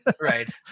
Right